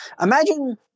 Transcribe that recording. Imagine